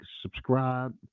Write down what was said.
subscribe